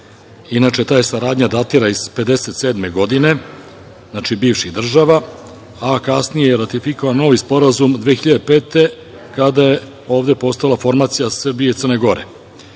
Inače, ta saradnja datira iz 1957. godine, znači bivših država, a kasnije je ratifikovan novi sporazum 2005. godine kada je ovde postojala formacija Srbije i Crne Gore.